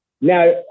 Now